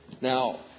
Now